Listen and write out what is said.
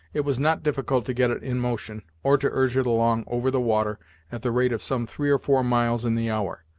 it was not difficult to get it in motion, or to urge it along over the water at the rate of some three or four miles in the hour.